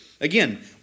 Again